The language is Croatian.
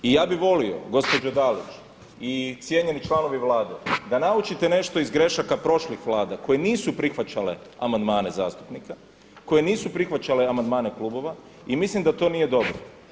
I ja bi volio gospođo Dalić i cijenjeni članovi Vlade da naučite nešto iz grešaka prošlih Vlada koje nisu prihvaćale amandmane zastupnika, koje nisu prihvaćale amandmane klubova i mislim da to nije dobro.